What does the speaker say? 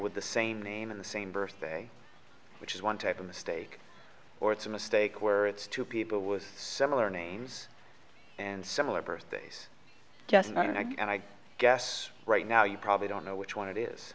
with the same name in the same birthday which is one type of mistake or it's a mistake where it's two people with similar names and similar birthdays just don't like and i guess right now you probably don't know which one it is